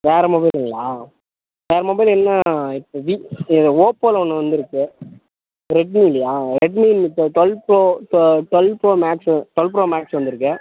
வேறு மொபைலுங்களா வேறு மொபைல் என்ன இப்போ வி ஓப்போவில ஒன்று வந்துருக்கு ரெட்மிலையா ரெட்மியில இப்போ twelve pro twelve pro max twelve pro max வந்து இருக்கு